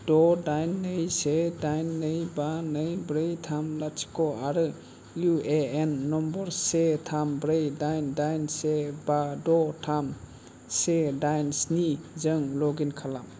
द' दाइन नै से दाइन नै बा नै ब्रै थाम लाथिख' आरो इउ ए एन नम्बर से थाम ब्रै दाइन दाइन से बा द' थाम से दाइन स्नि जों लगइन खालाम